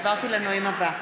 אי-אפשר, עברתי לנואם הבא.